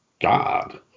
god